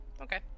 Okay